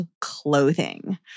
clothing